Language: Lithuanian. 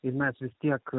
ir mes tiek